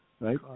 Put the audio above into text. right